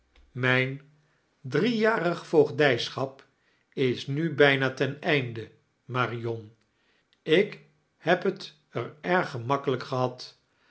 mijn driejarig voogdijschap is nu bijna ten einde marion ik heb t erg gemakkelijk gehad